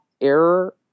error